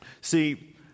See